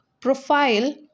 profile